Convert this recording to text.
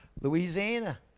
Louisiana